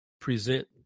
present